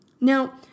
Now